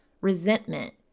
resentment